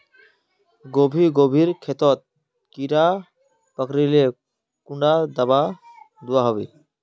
गोभी गोभिर खेतोत कीड़ा पकरिले कुंडा दाबा दुआहोबे?